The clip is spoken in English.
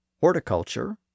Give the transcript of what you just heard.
Horticulture